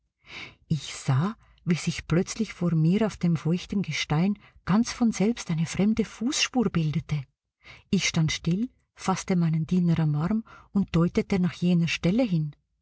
ich sah wie sich plötzlich vor mir auf dem feuchten gestein ganz von selbst eine fremde fußspur bildete ich stand still faßte meinen diener am arm und deutete nach jener stelle hin